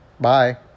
Bye